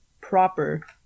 proper